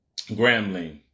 Grambling